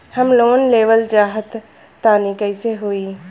हम लोन लेवल चाह तानि कइसे होई?